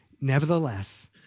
Nevertheless